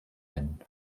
nennen